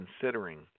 considering